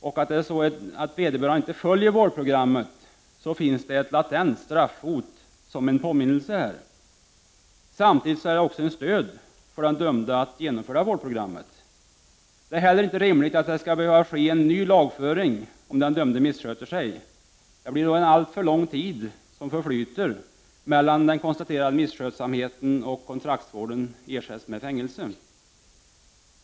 Följer inte vederbörande vårdprogrammet finns det ett latent straffhot som en påminnelse. Samtidigt är detta ett stöd för den dömde att genomföra vårdprogrammet. Det är inte heller rimligt att det skall behöva ske en ny lagföring om den dömde missköter sig. Det blir då alltför lång tid som förflyter mellan den konstaterade misskötsamheten och att kontraktsvården ersätts med fängelse.